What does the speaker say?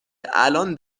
الان